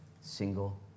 single